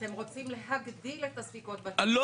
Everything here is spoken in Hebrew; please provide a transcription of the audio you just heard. אתם רוצים להגדיל את הספיקות ב --- לא,